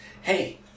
Hey